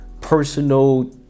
personal